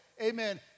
amen